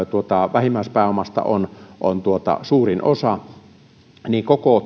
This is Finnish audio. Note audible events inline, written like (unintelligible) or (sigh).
vähimmäispääomasta on on suurin osa koko (unintelligible)